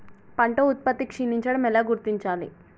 పంట ఉత్పత్తి క్షీణించడం ఎలా గుర్తించాలి?